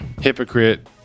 hypocrite